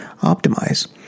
optimize